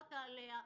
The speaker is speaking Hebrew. דיברת עליה,